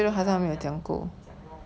okay lah 讲讲 lor